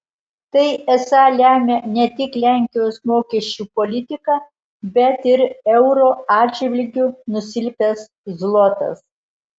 tai esą lemia ne tik lenkijos mokesčių politika bet ir euro atžvilgiu nusilpęs zlotas